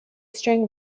string